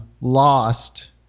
lost